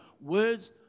words